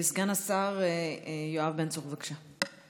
סגן השר יואב בן צור, בבקשה.